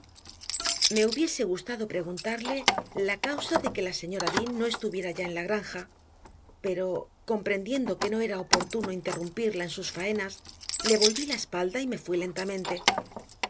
me hubiese gustado preguntarle la causa de que la señora dean no estuviera ya en la granja pero comprendiendo que no era oportuno interrumpirla en sus faenas le volví la espalda y me fui lentamente